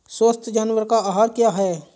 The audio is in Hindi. स्वस्थ जानवर का आहार क्या है?